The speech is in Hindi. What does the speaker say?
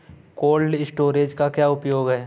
कोल्ड स्टोरेज का क्या उपयोग है?